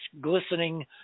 glistening